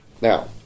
Now